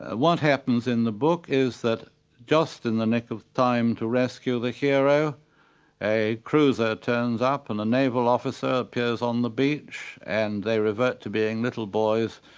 ah what happens in the book is that just in the nick of time to rescue the hero a cruiser turns up and a navel officer appears on the beach and they revert to being little boys,